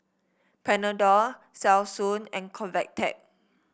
Panadol Selsun and Convatec